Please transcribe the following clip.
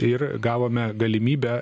ir gavome galimybę